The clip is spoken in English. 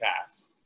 Pass